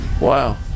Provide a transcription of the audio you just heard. Wow